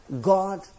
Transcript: God